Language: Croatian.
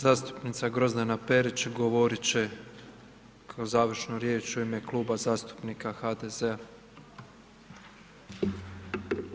Zastupnica Grozdana Perić govorit će kao završnu riječ u ime Kluba zastupnika HDZ-a.